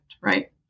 right